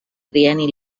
trienni